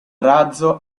razzo